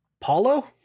Paulo